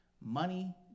Money